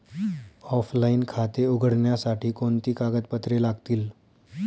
Offline खाते उघडण्यासाठी कोणती कागदपत्रे लागतील?